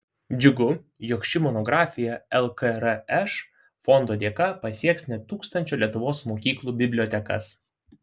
džiugu jog ši monografija lkrš fondo dėka pasieks net tūkstančio lietuvos mokyklų bibliotekas